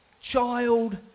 child